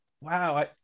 wow